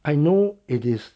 I know it is